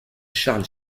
charles